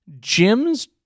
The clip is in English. Jim's